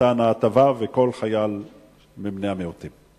שעליהם חל שירות חובה.